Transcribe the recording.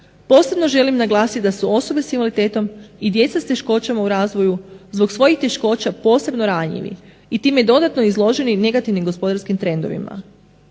posebno želim naglasiti da su osobe s invaliditetom i osobe s teškoćama u razvoju zbog svojih teškoća posebno ranjivi i time dodatno izloženi negativnim gospodarskim trendovima.